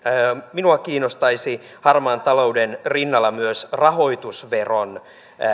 minua kiinnostaisi harmaan talouden rinnalla myös rahoitusveron